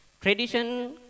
Tradition